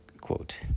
quote